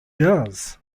does